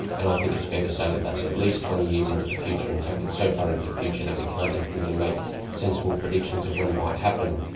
and i think that's fair to say that that's at least twenty years into the future. in fact it's so far into the future that we can't even really make sensible predictions of when it might happen.